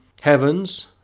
heavens